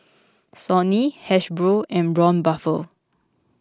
Sony Hasbro and Braun Buffel